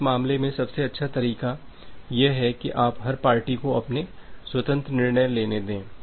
तो इस मामले में सबसे अच्छा तरीका यह है की आप हर पार्टी को अपने स्वतंत्र निर्णय लेने दें